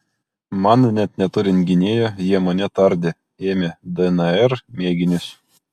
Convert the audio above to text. man net neturint gynėjo jie mane tardė ėmė dnr mėginius